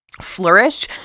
flourish